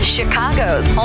Chicago's